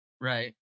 Right